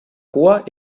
cua